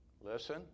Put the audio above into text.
Listen